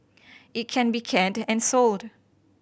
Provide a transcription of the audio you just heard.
it can be canned and sold